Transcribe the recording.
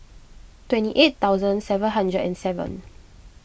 twenty eight thousand seven hundred and seven